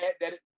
that-